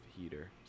heater